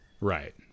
right